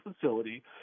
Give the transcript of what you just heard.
facility